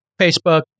facebook